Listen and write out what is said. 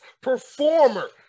performer